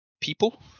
people